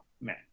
man